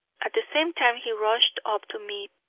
at the same time he rushed up to me,